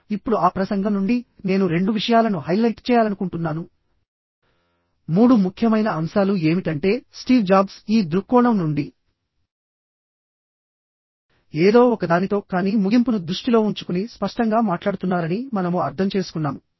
ఇప్పుడు ఆ ప్రసంగం నుండి నేను రెండు విషయాలను హైలైట్ చేయాలనుకుంటున్నాను మూడు ముఖ్యమైన అంశాలు ఏమిటంటే స్టీవ్ జాబ్స్ ఈ దృక్కోణం నుండి ఏదో ఒకదానితో కానీ ముగింపును దృష్టిలో ఉంచుకుని స్పష్టంగా మాట్లాడుతున్నారని మనము అర్థం చేసుకున్నాము